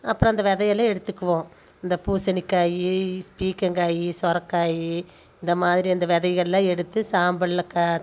அப்புறம் அந்த விதையெல்லாம் எடுத்துக்குவோம் இந்த பூசணிக்காய் பீர்க்கங்காய் சுரைக்காய் இந்த மாதிரி அந்த விதைகள்லாம் எடுத்து சாம்பலில்